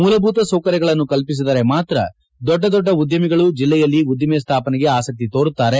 ಮೂಲಭೂತ ಸೌಕರ್ಯಗಳನ್ನು ಕಲ್ಪಿಸಿದರೆ ಮಾತ್ರ ದೊಡ್ಡ ದೊಡ್ಡ ಉದ್ಯಮಿಗಳು ಜಿಲ್ಲೆಯಲ್ಲಿ ಉದ್ದಿಮೆ ಸ್ಮಾಪನೆಗೆ ಆಸಕ್ತಿ ತೋರುತ್ತಾರೆ